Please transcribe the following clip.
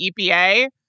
EPA